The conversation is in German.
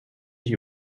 sich